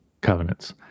covenants